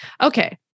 Okay